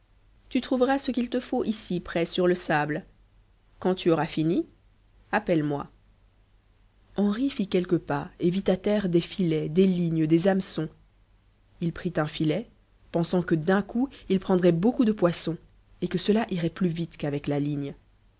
tu trouveras ce qu'il te faut ici près sur le sable quand tu auras fini appelle-moi henri fit quelques pas et vit à terre des filets des lignes des hameçons il prit un filet pensant que d'un coup il prendrait beaucoup de poissons et que cela irait plus vite qu'avec la ligne